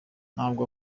ntabwo